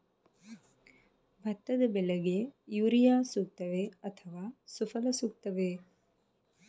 ಭತ್ತದ ಬೆಳೆಗೆ ಯೂರಿಯಾ ಸೂಕ್ತವೇ ಅಥವಾ ಸುಫಲ ಸೂಕ್ತವೇ?